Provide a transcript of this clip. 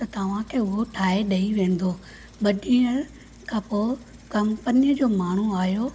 त तव्हांखे उहे ठाहे ॾई वेंदो ॿ ॾींहं खां पोइ कंपनी जो माण्हूं आयो